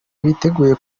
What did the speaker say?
biteguye